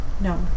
No